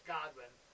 Godwin